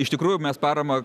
iš tikrųjų mes paramą